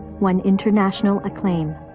won international acclaim.